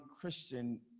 Christian